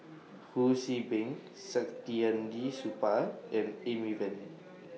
Ho See Beng Saktiandi Supaat and Amy Van